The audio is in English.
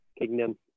Kingdom